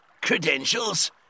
Credentials